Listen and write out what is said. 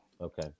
okay